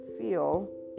feel